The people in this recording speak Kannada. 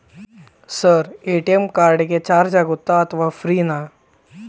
ಸರ್ ಎ.ಟಿ.ಎಂ ಕಾರ್ಡ್ ಗೆ ಚಾರ್ಜು ಆಗುತ್ತಾ ಅಥವಾ ಫ್ರೇ ನಾ?